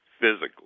physically